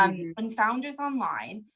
um and founders online,